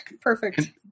Perfect